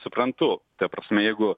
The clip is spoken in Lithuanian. suprantu ta prasme jeigu